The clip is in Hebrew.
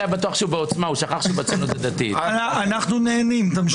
אנחנו נהנים, תמשיכו.